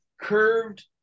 curved